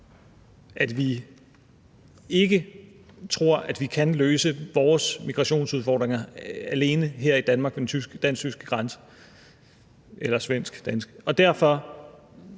at vi ikke tror, at vi kan løse vores migrationsudfordringer alene her i Danmark ved den dansk-tyske grænse eller den svensk-danske. Og derfor